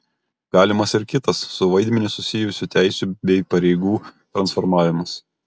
galimas ir kitas su vaidmeniu susijusių teisių bei pareigų transformavimas